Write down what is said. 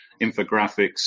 infographics